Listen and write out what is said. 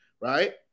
right